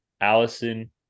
Allison